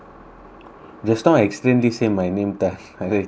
just now I extremely say my name tan I got to change ah